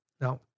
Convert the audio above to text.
Now